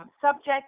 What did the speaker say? subject